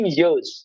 years